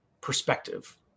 perspective